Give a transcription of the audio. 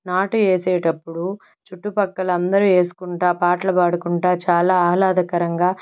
నాటు వేసేటప్పుడు చుట్టుపక్కల అందరు వేసుకుంటూ పాటలు పాడుకుంటూ చాలా ఆహ్లాదకరంగా